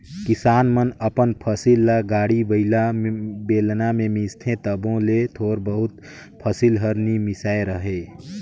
किसान मन अपन फसिल ल गाड़ी बइला, बेलना मे मिसथे तबो ले थोर बहुत फसिल हर नी मिसाए रहें